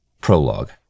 Prologue